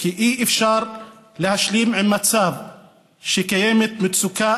כי אי-אפשר להשלים עם מצב שקיימת מצוקה